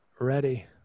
Ready